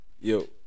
yo